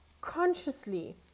consciously